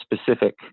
specific